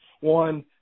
one